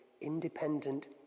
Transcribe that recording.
independent